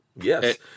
Yes